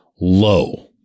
low